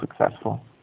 successful